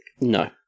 No